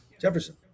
Jefferson